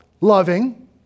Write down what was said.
loving